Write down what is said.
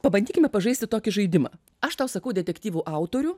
pabandykime pažaisti tokį žaidimą aš tau sakau detektyvų autorių